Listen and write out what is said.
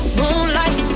moonlight